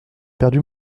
perdu